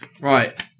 Right